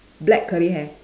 black curly hair